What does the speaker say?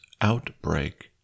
outbreak